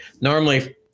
Normally